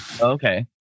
okay